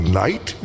night